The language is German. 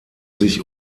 sich